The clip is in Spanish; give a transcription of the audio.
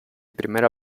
primera